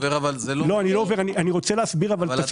אני לא עובר לנושא אחר אבל אני רוצה להסביר את הסיטואציה.